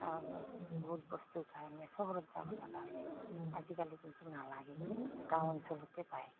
কাৰণে বহুত বস্তুৰ কাৰণে চহৰত যাব লগা হৈছিল আজিকালি কিন্তু নালাগে গাঁও অঞ্চলতে পায়